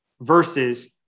versus